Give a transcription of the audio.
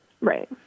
Right